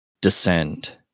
descend